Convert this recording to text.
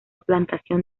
plantación